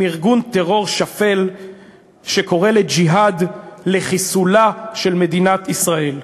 ארגון טרור שפל שקורא לג'יהאד לחיסולה של מדינת ישראל.